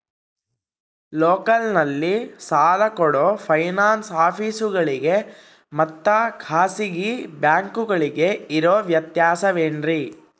ಲೋಕಲ್ನಲ್ಲಿ ಸಾಲ ಕೊಡೋ ಫೈನಾನ್ಸ್ ಆಫೇಸುಗಳಿಗೆ ಮತ್ತಾ ಖಾಸಗಿ ಬ್ಯಾಂಕುಗಳಿಗೆ ಇರೋ ವ್ಯತ್ಯಾಸವೇನ್ರಿ?